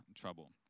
trouble